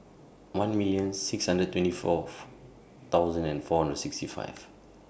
one million six hundred twenty Fourth thousand and four and sixty five